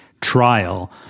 trial